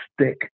stick